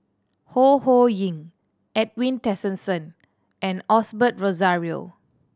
Ho Ho Ying Edwin Tessensohn and Osbert Rozario